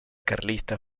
carlista